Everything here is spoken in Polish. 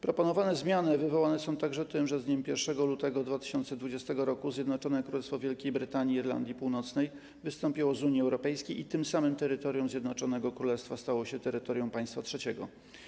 Proponowane zmiany wywołane są także tym, że z dniem 1 lutego 2020 r. Zjednoczone Królestwo Wielkiej Brytanii i Irlandii Północnej wystąpiło z Unii Europejskiej i tym samym terytorium Zjednoczonego Królestwa stało się terytorium państwa trzeciego.